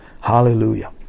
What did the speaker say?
Hallelujah